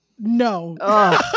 No